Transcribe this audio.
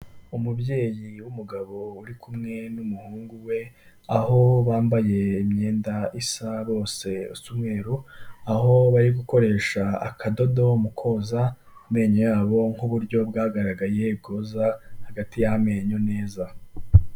Umubyeyi w'umugabo uri kumwe n'umuhungu we, aho bambaye imyenda isa bose, isa umweruru, aho bari gukoresha akadodo mu koza amenyo yabo, nk'uburyo bwagaragaye bwoza hagati y'amenyo neza.